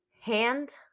hand